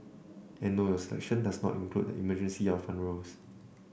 and no your selection does not include the emergency or front rows